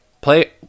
Play